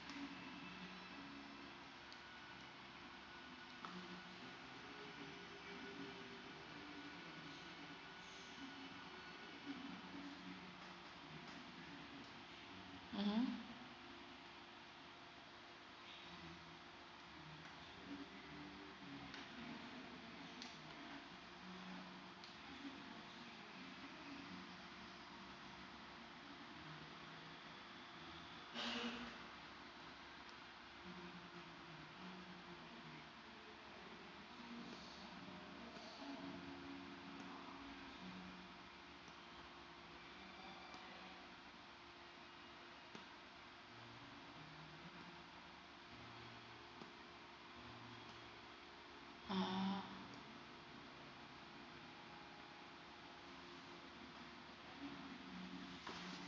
mmhmm (uh huh)